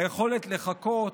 היכולת לחקות,